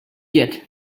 yet